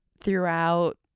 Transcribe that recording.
throughout